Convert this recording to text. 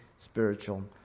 spiritual